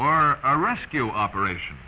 or a rescue operation